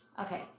okay